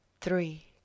three